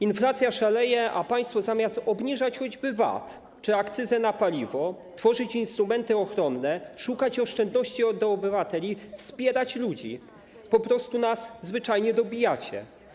Inflacja szaleje, a państwo zamiast obniżać choćby VAT czy akcyzę na paliwo, tworzyć instrumenty ochronne, szukać oszczędności obywateli, wspierać ludzi po prostu, zwyczajnie nas dobijacie.